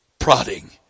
prodding